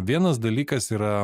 vienas dalykas yra